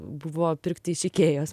buvo pirkti iš ikėjos